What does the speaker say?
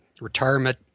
retirement